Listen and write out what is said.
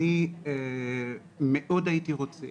אני מאוד הייתי רוצה